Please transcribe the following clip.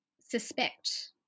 suspect